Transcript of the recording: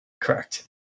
Correct